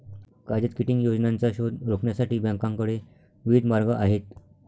कायद्यात किटिंग योजनांचा शोध रोखण्यासाठी बँकांकडे विविध मार्ग आहेत